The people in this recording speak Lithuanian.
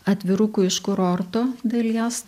atvirukų iš kurortų dalies